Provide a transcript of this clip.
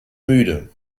müde